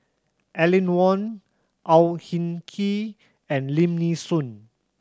Aline Wong Au Hing Kee and Lim Nee Soon